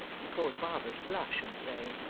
and caused barbara to blush and say,